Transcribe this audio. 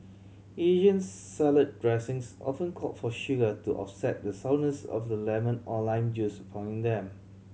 Asian salad dressings often call for sugar to offset the sourness of the lemon or lime juice found in them